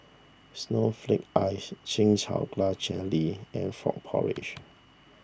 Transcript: Snowflake Ice Chin Chow Grass Jelly and Frog Porridge